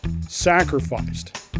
sacrificed